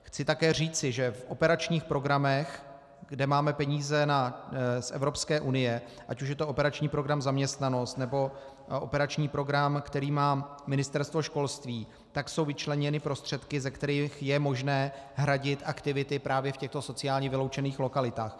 Chci také říci, že v operačních programech, kde máme peníze z Evropské unie, ať už je to operační program Zaměstnanost, nebo operační program, který má Ministerstvo školství, jsou vyčleněny prostředky, ze kterých je možné hradit aktivity právě v těchto sociálně vyloučených lokalitách.